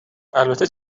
البته